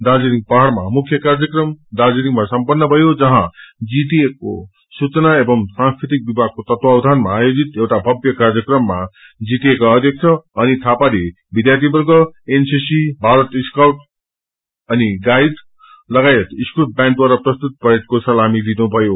दार्जीलिङ पहाड़मा मुख्य कार्यक्रम दार्जीलिङमा सम्पन्न भयो जहाँ जीटिएका सूचना सांस्कृतिक विभागको तत्वधानामा आयोजित एउआ भव्य कार्यक्रममा जीटिए का अध्यक्ष अनित थापाले विध्यार्री वर्ग एनसीसी भारत स्काउट एवं गाईडस लागायत स्कूल बैण्डद्वारा प्रस्तुत परेडको सलाामी लिनुभयो